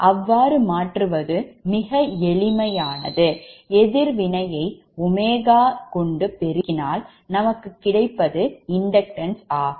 அவ்வாறு மாற்றுவது மிக எளிதானது எதிர்வினையை ⍵ கொண்டுபெருக்கினால் நமக்கு கிடைப்பது inductance ஆகும்